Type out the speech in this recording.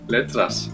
Letras